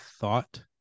thought